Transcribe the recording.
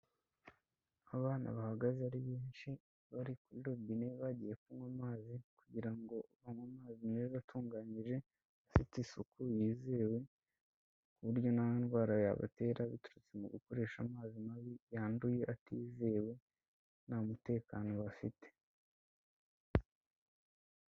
Abana bahagaze ari benshi, bari kuri robine bagiye kunywa amazi, kugira ngo banywe amazi meza atunganyije, afite isuku yizewe, ku buryo nta ndwara yabatera biturutse mu gukoresha amazi mabi yanduye atizewe, nta mutekano bafite.